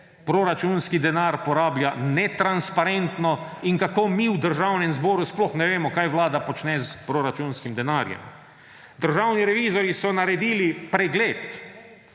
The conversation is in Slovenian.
proračunski denar porablja netransparentno in kako mi v Državnem zboru sploh ne vemo, kaj Vlada počne s proračunskim denarjem. Državni revizorji so naredili pregled,